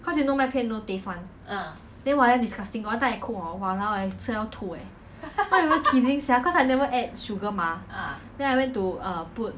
cause you know 麦片 no taste [one] then !wah! damn disgusting one time I cook hor !walao! eh 吃了要吐 eh not even kidding sia cause I never add sugar mah then I went to uh put